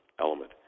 element